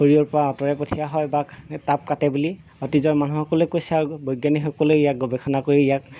শৰীৰৰ পৰা আঁতৰাই পঠিওৱা হয় বা তাপ কাটে বুলি অতীজৰ মানুহসকলে কৈছে আউ বৈজ্ঞানিকসকলেও ইয়াক গৱেষণা কৰি ইয়াক